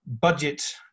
budget